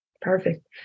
Perfect